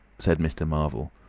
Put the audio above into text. said mr. marvel.